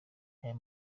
aya